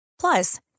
Plus